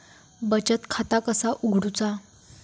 बचत खाता कसा उघडूचा?